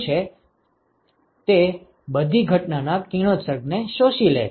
તે બધી ઘટનાના કિરણોત્સર્ગ ને શોષી લે છે